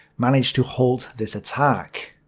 managed to halt this attack.